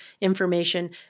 information